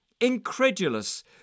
Incredulous